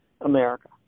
america